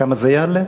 כמה זה יעלה?